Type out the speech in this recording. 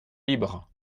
libre